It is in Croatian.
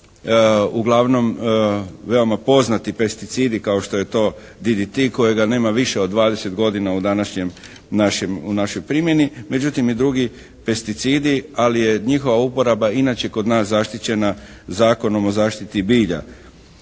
uglavnom veoma poznati pesticidi kao što je to DDT kojega nema više od 20 godina u današnjem našem, u našoj primjeni. Međutim i drugi pesticidi, ali je njihova uporaba inače kod nas zaštićena Zakonom o zaštiti bilja.